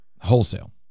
Wholesale